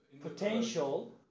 potential